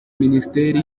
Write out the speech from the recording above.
minisiteri